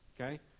okay